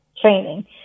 training